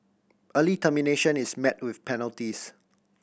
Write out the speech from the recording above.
early termination is met with penalties